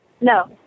No